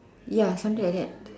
ya something like that